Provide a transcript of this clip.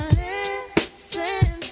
listen